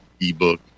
ebook